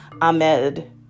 Ahmed